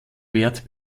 wert